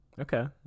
okay